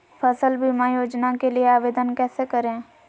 फसल बीमा योजना के लिए आवेदन कैसे करें?